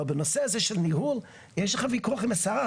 אבל בנושא הזה של ניהול יש לך ויכוח עם השרה,